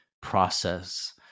process